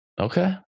okay